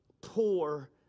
poor